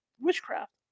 witchcraft